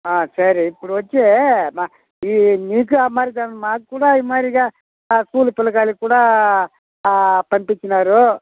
సరే ఇప్పుడు వచ్చి మీకు మదిరిగా మాకు కూడా ఈ మాదిరిగా స్కూల్ పిల్లలకు కూడా పంపించినారు